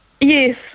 Yes